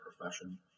profession